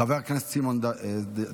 חבר הכנסת סימון דוידסון.